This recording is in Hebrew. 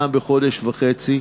פעם בחודש וחצי.